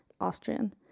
Austrian